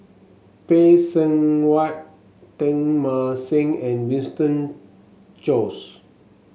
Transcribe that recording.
Phay Seng Whatt Teng Mah Seng and Winston Choos